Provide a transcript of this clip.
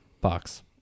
box